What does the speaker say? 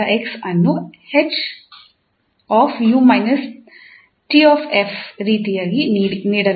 ಅನ್ನು ರೀತಿಯಾಗಿ ನೀಡಲಾಗಿದೆ